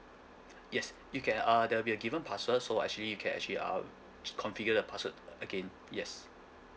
yes you can uh there'll be a given password so actually you can actually um ch~ configure the password a~ again yes